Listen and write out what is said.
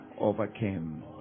Overcame